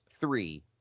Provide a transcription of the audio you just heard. three